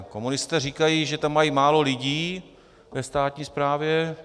Komunisté říkají, že mají málo lidí ve státní správě.